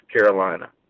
Carolina